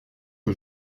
que